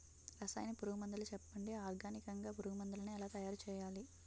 రసాయన పురుగు మందులు చెప్పండి? ఆర్గనికంగ పురుగు మందులను ఎలా తయారు చేయాలి?